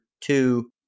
two